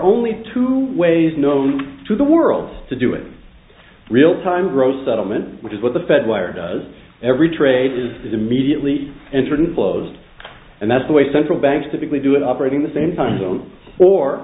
only two ways known to the world to do it real time row settlement which is what the fed wire does every trade is immediately entered and closed and that's the way central banks typically do it operating the same time zone or